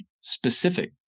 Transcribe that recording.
specific